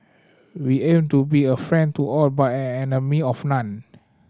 we aim to be a friend to all but an enemy of none